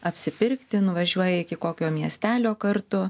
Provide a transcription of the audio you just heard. apsipirkti nuvažiuoja iki kokio miestelio kartu